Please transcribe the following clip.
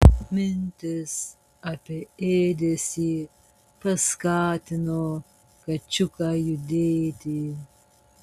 mintis apie ėdesį paskatino kačiuką judėti